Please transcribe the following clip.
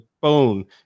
bone